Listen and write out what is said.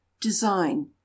Design